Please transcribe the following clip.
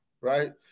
right